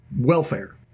welfare